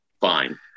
fine